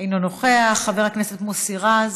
אינו נוכח, חבר הכנסת מוסי רז,